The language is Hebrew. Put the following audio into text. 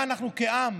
מה אנחנו כעם,